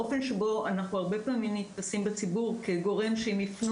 הרבה פעמים אנחנו נתפשים בציבור כגורם שאם יפנו